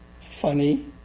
Funny